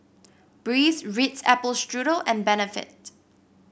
Breeze Ritz Apple Strudel and Benefit